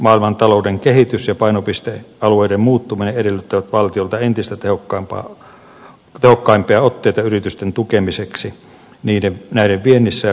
maailmantalouden kehitys ja painopistealueiden muuttuminen edellyttävät valtiolta entistä tehokkaampia otteita yritysten tukemiseksi näiden viennissä ja kansainvälistymisessä